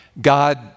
God